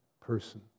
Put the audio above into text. person